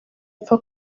apfa